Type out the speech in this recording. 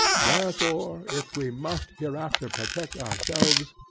wherefore, if we must hereafter protect ourselves,